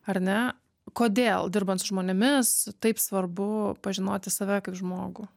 ar ne kodėl dirbant su žmonėmis taip svarbu pažinoti save kaip žmogų